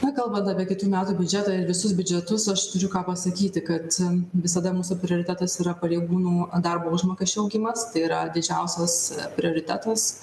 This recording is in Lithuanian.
na kalbant apie kitų metų biudžetą ir visus biudžetus aš turiu ką pasakyti kad visada mūsų prioritetas yra pareigūnų darbo užmokesčio augimas tai yra didžiausias prioritetas